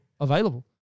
available